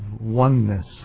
oneness